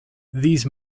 these